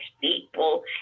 people